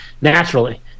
naturally